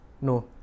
No